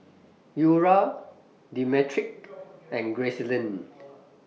Eura Demetric and Gracelyn